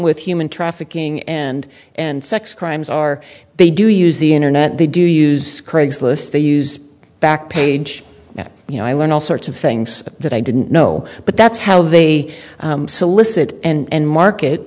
with human trafficking and and sex crimes are they do use the internet they do use craigslist they use back page you know i learn all sorts of things that i didn't know but that's how they solicit and market